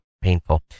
painful